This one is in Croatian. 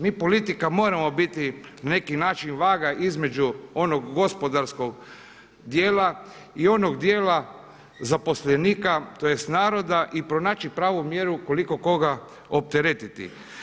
Mi politika moramo biti na neki način vaga između onog gospodarskog dijela i onog dijela zaposlenika tj. naroda i pronaći pravu mjeru koliko koga opteretiti.